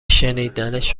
شنیدنش